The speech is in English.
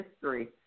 history